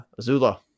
Azula